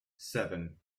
seven